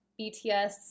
BTS